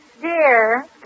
Dear